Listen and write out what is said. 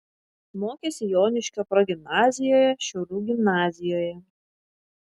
mokėsi joniškio progimnazijoje šiaulių gimnazijoje